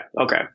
Okay